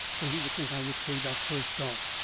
fur he would think i would say that first off.